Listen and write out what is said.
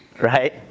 right